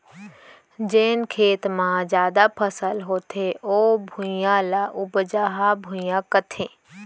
जेन खेत म जादा फसल होथे ओ भुइयां, ल उपजहा भुइयां कथें